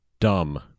dumb